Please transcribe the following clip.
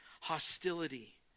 Hostility